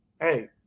hey